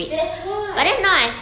that's why